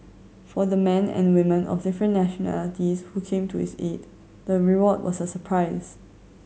for the men and women of different nationalities who came to his aid the reward was a surprise